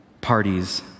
parties